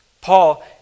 Paul